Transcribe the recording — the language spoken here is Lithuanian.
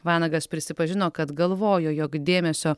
vanagas prisipažino kad galvojo jog dėmesio